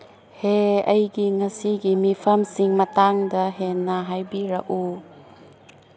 ꯍꯦ ꯑꯩꯒꯤ ꯉꯁꯤꯒꯤ ꯃꯤꯐꯝꯁꯤꯡ ꯃꯇꯥꯡꯗ ꯍꯦꯟꯅ ꯍꯥꯏꯕꯤꯔꯛꯎ